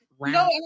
no